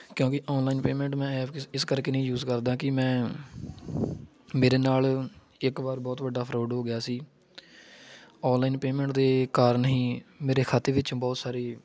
ਕਿਉਂਕਿ online payment ਮੈਂ app ਇਸ ਇਸ ਕਰਕੇ ਨਹੀਂ ਯੂਜ ਕਰਦਾ ਕਿ ਮੈਂ ਮੇਰੇ ਨਾਲ ਇੱਕ ਵਾਰ ਬਹੁਤ ਵੱਡਾ ਫਰੋਡ ਹੋ ਗਿਆ ਸੀ ਔਨਲਾਈਨ ਪੇਮੈਂਟ ਦੇ ਕਾਰਨ ਹੀ ਮੇਰੇ ਖਾਤੇ ਵਿੱਚੋਂ ਬਹੁਤ ਸਾਰੇ